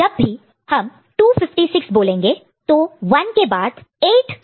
जब भी हम 256 बोलेंगे तो 1 के बाद 8 0's रहेंगे